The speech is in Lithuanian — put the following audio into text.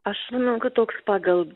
aš manau kad toks pagal